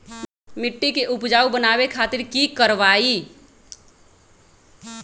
मिट्टी के उपजाऊ बनावे खातिर की करवाई?